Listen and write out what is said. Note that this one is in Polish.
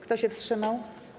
Kto się wstrzymał?